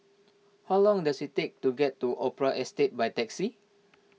how long does it take to get to Opera Estate by taxi